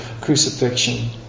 crucifixion